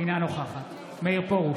אינה נוכחת מאיר פרוש,